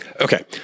Okay